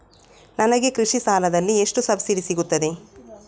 ನನಗೆ ಕೃಷಿ ಸಾಲದಲ್ಲಿ ಎಷ್ಟು ಸಬ್ಸಿಡಿ ಸೀಗುತ್ತದೆ?